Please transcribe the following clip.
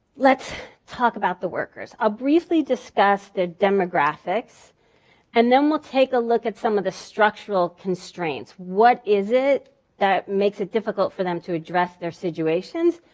let's talk about the workers. i'll ah briefly discuss the demographics and then we'll take a look at some of the structural constraints. what is it that makes it difficult for them to address their situations,